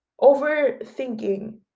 overthinking